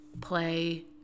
play